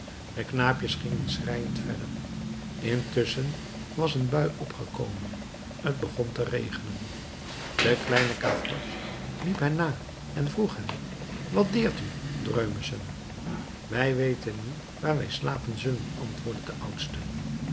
de knaapjes gingen schreiend verder intusschen was een bui opgekomen t begon te regenen de kleine gavroche liep hen na en vroeg hen wat deert u dreumesen wij weten niet waar wij slapen zullen antwoordde de oudste